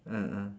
ah ah